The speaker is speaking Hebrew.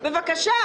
אז בבקשה,